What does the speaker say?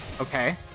okay